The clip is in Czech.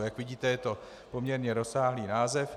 Jak vidíte, je to poměrně rozsáhlý název.